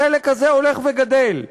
החלק הזה הולך וגדל.